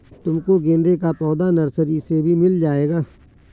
तुमको गेंदे का पौधा नर्सरी से भी मिल जाएगा